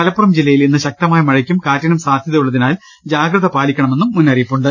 മല പ്പുറം ജില്ലയിൽ ഇന്ന് ശക്തമായ മഴയ്ക്കും കാറ്റിനും സാധ്യതയുള്ളതി നാൽ ജാഗ്രത പാലിക്കണമെന്നും മുന്നറിയിപ്പുണ്ട്